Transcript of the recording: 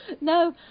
No